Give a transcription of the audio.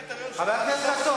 חסון.